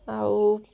ଆଉ